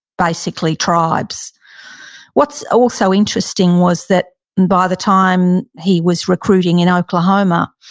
basically, tribes what's also interesting was that by the time he was recruiting in oklahoma,